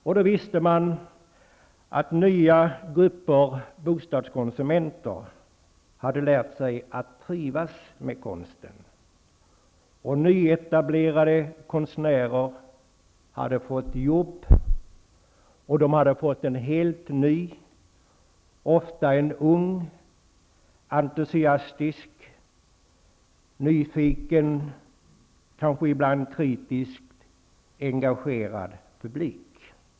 Man visste att nya grupper bostadskonsumenter hade lärt sig att trivas med konsten. Nyetablerade konstnärer hade fått arbeten, och de hade fått en helt ny, ofta ung, entusiastisk, nyfiken, kanske ibland kritisk, och engagerad publik.